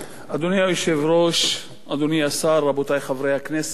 אדוני היושב-ראש, אדוני השר, רבותי חברי הכנסת,